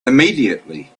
immediately